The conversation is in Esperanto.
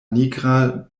nigra